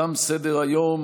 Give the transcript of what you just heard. תם סדר-היום.